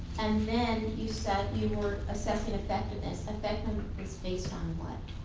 and then you said you were assessing effectiveness. effectiveness based based on what?